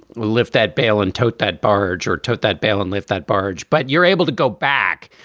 lift that bale and tote that barge or tote that bale and lift that barge. but you're able to go back.